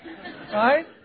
right